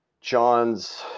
John's